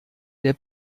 der